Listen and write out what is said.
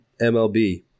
MLB